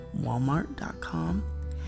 walmart.com